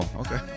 okay